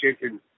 chicken